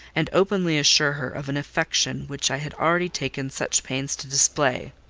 and openly assure her of an affection which i had already taken such pains to display.